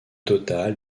total